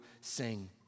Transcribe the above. sing